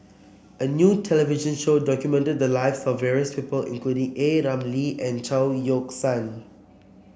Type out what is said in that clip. a new television show documented the lives of various people including A Ramli and Chao Yoke San